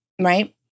right